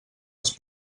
els